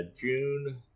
June